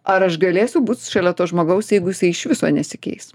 ar aš galėsiu būt šalia to žmogaus jeigu jisai iš viso nesikeis